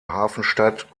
hafenstadt